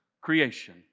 creation